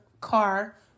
car